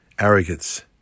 Arrogance